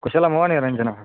कुशलं वा निरञ्जन